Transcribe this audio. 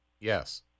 Yes